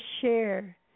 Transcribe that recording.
share